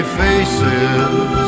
faces